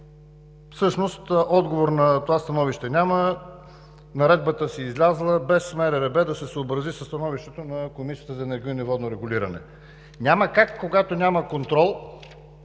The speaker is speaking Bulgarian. Всъщност отговор на това становище няма, наредбата си е излязла, без МРРБ да се съобрази със становището на Комисията за енергийно и водно регулиране. Няма как, когато няма контрол,